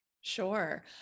Sure